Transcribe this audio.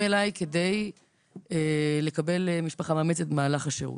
אליי כדי לקבל משפחה מאמצת במהלך השירות.